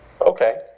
Okay